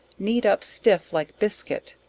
kneed up stiff like biscuit,